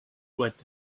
wet